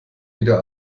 wieder